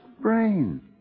Brain